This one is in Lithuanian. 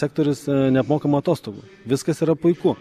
sektorius neapmokamų atostogų viskas yra puiku